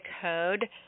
code